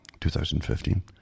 2015